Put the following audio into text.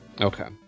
Okay